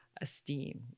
esteem